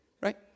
right